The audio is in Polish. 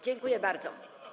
Dziękuję bardzo.